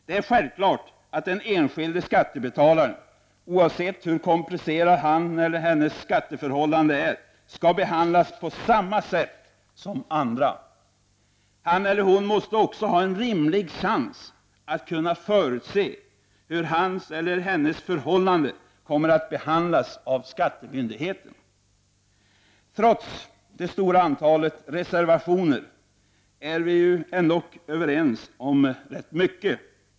Det är självklart att den enskilde skattebetalaren, oavsett hur komplicerad hans eller hennes skatteförhållanden är, skall behandlas på samma sätt som andra. Han eller hon måste också ha en rimlig chans att kunna förutse hur hans eller hennes förhållanden kommer att behandlas av skattemyndigheterna. Trots det stora antalet reservationer är vi ju överens om väldigt mycket.